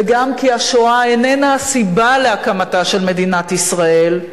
וגם אם השואה איננה סיבה להקמתה של מדינת ישראל,